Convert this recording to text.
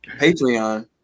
Patreon